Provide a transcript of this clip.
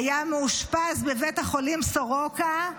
היה מאושפז בבית החולים סורוקה.